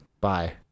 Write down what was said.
Bye